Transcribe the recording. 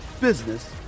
business